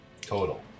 Total